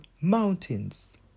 mountains